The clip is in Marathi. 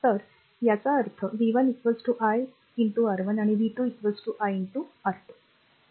तर याचा अर्थ r v 1 i R1 आणि v 2 i R2